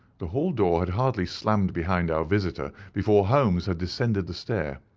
the hall door had hardly slammed behind our visitor before holmes had descended the stair.